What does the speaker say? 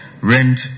rent